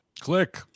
Click